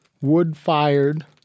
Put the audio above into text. wood-fired